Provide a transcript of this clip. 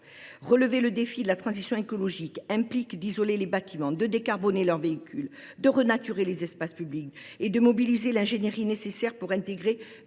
Relever le défi de la transition écologique implique d’isoler les bâtiments, de décarboner les véhicules, de renaturer des espaces publics, et de mobiliser l’ingénierie nécessaire pour intégrer